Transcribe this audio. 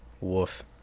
woof